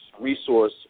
resource